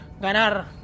ganar